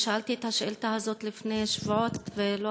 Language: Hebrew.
אני שאלתי את השאילתה הזאת לפני שבועות ולא